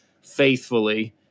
faithfully